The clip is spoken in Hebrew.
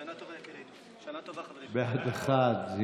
בעד, אחד.